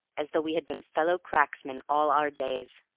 as though we had been fellow-cracksmen all our days.